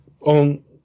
on